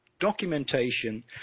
documentation